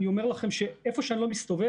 אני אומר לכם שאיפה אני לא מסתובב